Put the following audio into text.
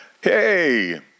Hey